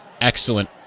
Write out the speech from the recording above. excellent